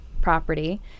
property